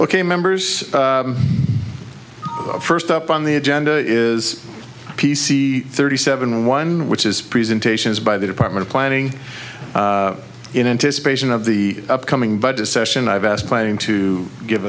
ok members first up on the agenda is p c thirty seven one which is presentations by the department of planning in anticipation of the upcoming budget session i've asked planning to give